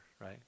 right